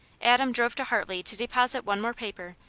adam drove to hartley to deposit one more paper,